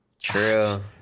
True